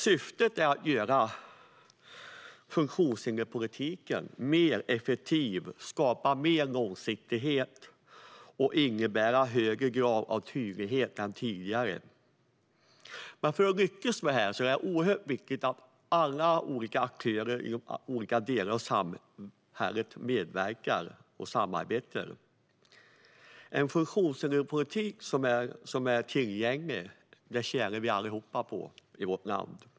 Syftet är att göra funktionshinderspolitiken mer effektiv, skapa mer långsiktighet och införa en högre grad av tydlighet än tidigare. För att lyckas med detta är det oerhört viktigt att alla aktörer i olika delar av samhället medverkar och samarbetar. En funktionshinderspolitik för en tillgängligare miljö tjänar vi alla på i vårt land.